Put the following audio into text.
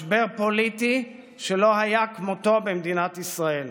ומשבר פוליטי שלא היה כמותו במדינת ישראל,